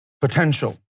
potential